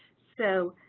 so,